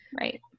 Right